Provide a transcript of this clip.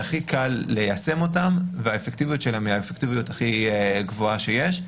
שהכי קל ליישם אותה והאפקטיביות שלה היא האפקטיביות הכי גבוהה שיש.